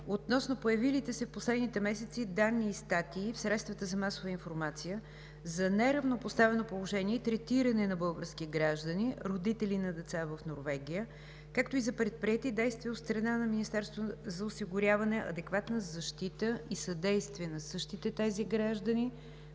за появилите се в последните месеци данни и статии в средствата за масова информация за неравнопоставено положение и третиране на български граждани – родители на деца в Норвегия, както и за предприети действия от страна на Министерството за осигуряване на адекватна защита и съдействие на същите тези граждани